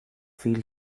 feel